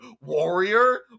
warrior